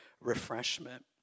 refreshment